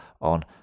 on